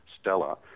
Stella